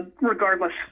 regardless